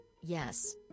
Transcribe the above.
yes